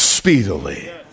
speedily